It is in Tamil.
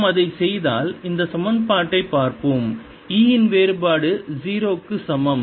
நாம் அதைச் செய்தால் இந்த சமன்பாட்டைப் பார்ப்போம் E இன் வேறுபாடு 0 க்கு சமம்